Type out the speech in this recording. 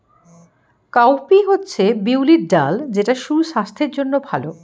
cowpea হচ্ছে বিউলির ডাল যেটা সুস্বাস্থ্যের জন্য ভালো